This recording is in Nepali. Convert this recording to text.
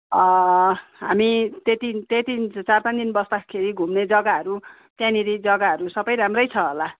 हामी त्यति त्यति चार पाँच दिन बस्दाखेरि घुम्ने जग्गाहरू त्यहाँनिर जग्गाहरू सबै राम्रै छ होला